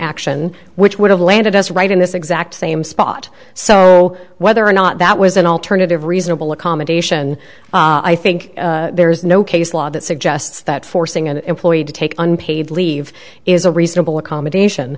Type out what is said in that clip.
action which would have landed us right in this exact same spot so whether or not that was an alternative reasonable accommodation i think there's no case law that suggests that forcing an employee to take unpaid leave is a reasonable accommodation